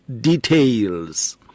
details